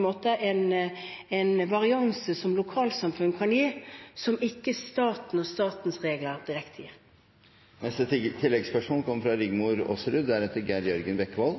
måte også mister en varians som lokalsamfunnet kan gi, som ikke staten og statens regler direkte gir. Rigmor Aasrud – til